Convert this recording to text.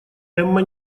эмма